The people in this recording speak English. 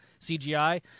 CGI